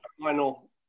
final